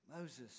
Moses